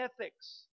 ethics